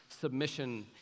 submission